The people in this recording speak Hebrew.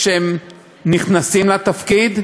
כשהם נכנסים לתפקיד,